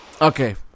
Okay